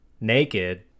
naked